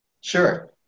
Sure